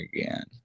again